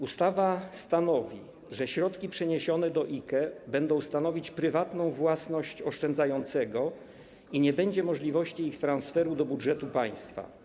Ustawa stanowi, że środki przeniesione do IKE będą stanowić prywatną własność oszczędzającego i nie będzie możliwości ich transferu do budżetu państwa.